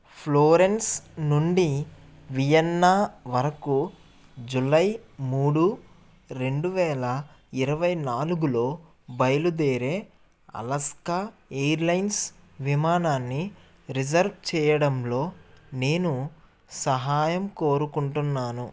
Florence నుండి Vienna వరకు July మూడు రెండు వేల ఇరవై నాలుగులో బయలుదేరే అలాస్కా ఎయిర్లైన్స్ విమానాన్ని రిజర్వ్ చెయ్యడంలో నేను సహాయం కోరుకుంటున్నాను